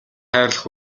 хайрлах